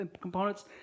components